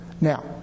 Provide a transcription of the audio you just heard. Now